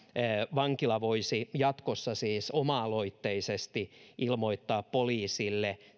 vankila voisi jatkossa siis oma aloitteisesti ilmoittaa poliisille